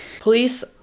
police